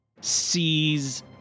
sees